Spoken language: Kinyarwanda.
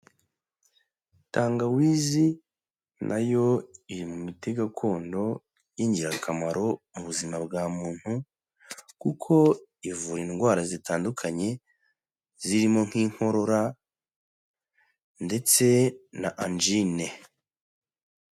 Tangawizi nayo iri mu mite gakondo y'ingirakamaro mu buzima bwa muntu kuko ivura indwara zitandukanye zirimo nk'inkorora ndetse na anjine.